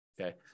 Okay